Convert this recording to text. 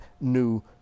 new